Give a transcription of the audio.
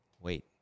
wait